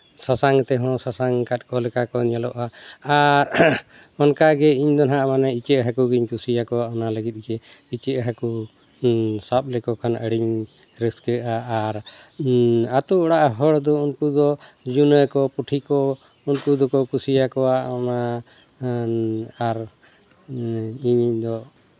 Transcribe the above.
ᱥᱟᱥᱟᱝ ᱛᱮᱦᱚᱸ ᱥᱟᱥᱟᱝ ᱟᱠᱟᱫ ᱞᱮᱠᱟ ᱠᱚ ᱧᱮᱞᱚᱜᱼᱟ ᱟᱨ ᱚᱱᱠᱟᱜᱮ ᱤᱧ ᱫᱚ ᱦᱟᱸᱜ ᱢᱟᱱᱮ ᱤᱧᱟᱹᱜ ᱦᱟᱹᱠᱩ ᱜᱤᱧ ᱠᱩᱥᱤᱭᱟᱠᱚᱣᱟ ᱚᱱᱟ ᱞᱟᱹᱜᱤᱫ ᱜᱮ ᱤᱧᱟᱹᱜ ᱦᱟᱹᱠᱩ ᱦᱮᱸ ᱥᱟᱵ ᱞᱮᱠᱚ ᱠᱷᱟᱱ ᱟᱹᱰᱤᱧ ᱨᱟᱹᱥᱠᱟᱹᱜᱼᱟ ᱟᱨ ᱟᱛᱳ ᱚᱲᱟᱜ ᱦᱚᱲ ᱫᱚ ᱩᱱᱠᱩ ᱫᱚ ᱡᱩᱱᱟᱹ ᱠᱚ ᱯᱩᱴᱷᱤ ᱠᱚ ᱩᱱᱠᱩ ᱫᱚᱠᱚ ᱠᱩᱥᱤᱭᱟᱠᱚᱣᱟ ᱟᱨ ᱤᱧᱫᱚ